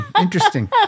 Interesting